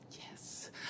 Yes